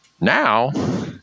Now